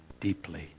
deeply